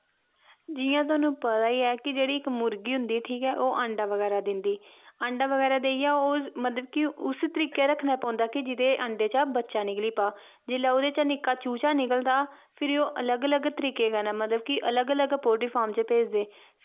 जियां तुहानू पता गै ऐ जेह्ड़ी इक मुर्गी होंदी ओह् अण्डा दिंदी ठीक ऐ अण्डा बगैरा देइयै ओह् इस तरीके दा रक्खना पौंदा कि जेह्दे अण्डे चा दा बच्चा निकली पा जिसलै ओह्दा चा दा निक्का चूचा निकलदा फिर ओह् अलग अलग तरीके कन्नै मतलव कि अलग अलग पोल्ट्रीफार्म च भेजदे